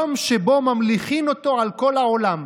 יום שבו ממליכין אותו על כל העולם.